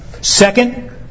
Second